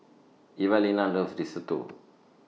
Evalena loves Risotto